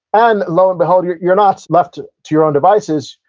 and low and behold, you're you're not left to your own devices.